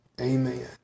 Amen